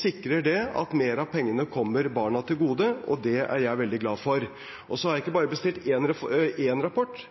sikrer det at mer av pengene kommer barna til gode, og det er jeg veldig glad for. Jeg har ikke bestilt bare én rapport, jeg har bestilt